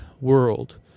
world